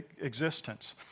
existence